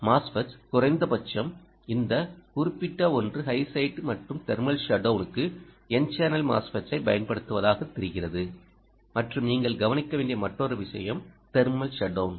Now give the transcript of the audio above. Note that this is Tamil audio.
MOSFETS குறைந்த பட்சம் இந்த குறிப்பிட்ட ஒன்று ஹை சைட்டு மற்றும் தெர்மல் ஷட் டவுனுக்கு n சேனல் MOSFETS ஐப் பயன்படுத்துவதாகத் தெரிகிறது மற்றும்நீங்கள் கவனிக்க வேண்டிய மற்றொரு விஷயம் தெர்மல் ஷட் டவுன்